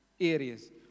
areas